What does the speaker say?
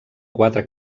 quatre